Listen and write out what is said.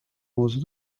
موضوع